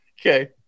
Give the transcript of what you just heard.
Okay